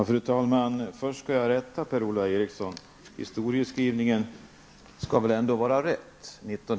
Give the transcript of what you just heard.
Fru talman! Jag vill först rätta Per-Ola Eriksson -- historiebeskrivningen skall väl ändå vara korrekt.